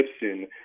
Gibson